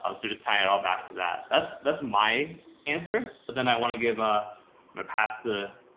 um so just tie it all back to that. that's that's my answer. but then i want to give, ah my past the.